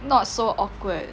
not so awkward